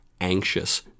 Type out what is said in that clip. anxious